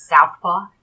Southpaw